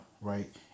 right